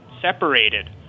separated